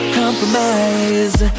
compromise